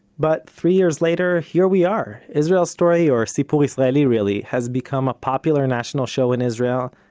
but three years later, here we are israel story, or sipur israeli really, has become a popular national show in israel,